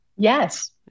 Yes